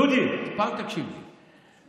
היושב-ראש, דודי, פעם תקשיב לי.